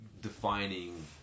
defining